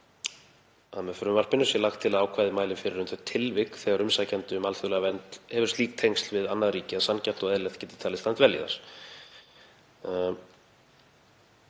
að með frumvarpinu sé lagt til að ákvæðið mæli fyrir um þau tilvik þegar umsækjandi um alþjóðlega vernd hefur slík tengsl við annað ríki að sanngjarnt og eðlilegt geti talist að hann dvelji þar.